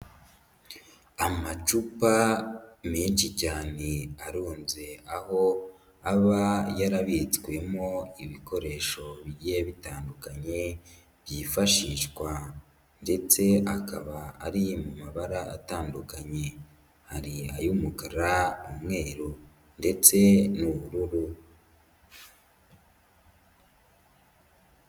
Amacupa menshi cyane arunze aho aba yarabitswemo ibikoresho bigiye bitandukanye, byifashishwa ndetse akaba ari mu mabara atandukanye. Hari ay'umukara, umweru ndetse n'ubururu.